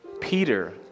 Peter